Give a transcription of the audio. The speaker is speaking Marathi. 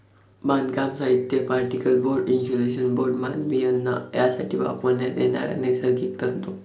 बांधकाम साहित्य, पार्टिकल बोर्ड, इन्सुलेशन बोर्ड, मानवी अन्न यासाठी वापरण्यात येणारे नैसर्गिक तंतू